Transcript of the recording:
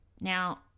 Now